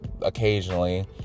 occasionally